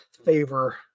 favor